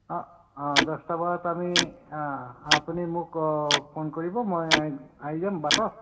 অঁ অঁ দহটা বজাত আমি আপুনি মোক ফোন কৰিব মই আহি যাম বাটত